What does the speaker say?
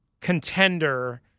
contender